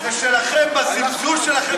התרגיל העלוב הוא שלכם, בזלזול שלכם בכנסת.